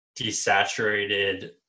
desaturated